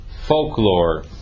folklore